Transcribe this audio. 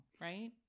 Right